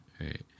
right